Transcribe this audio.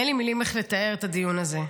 אין לי מילים לתאר את הדיון הזה,